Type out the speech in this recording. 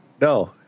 No